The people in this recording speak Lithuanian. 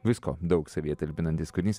visko daug savyje talpinantis kūrinys